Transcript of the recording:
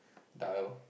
dire